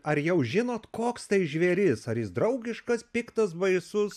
ar jau žinot koks tai žvėris ar jis draugiškas piktas baisus